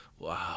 Wow